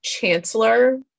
chancellor